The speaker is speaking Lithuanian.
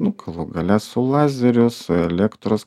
nu galų gale su lazeriu su elektros